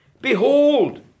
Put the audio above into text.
behold